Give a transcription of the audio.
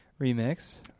remix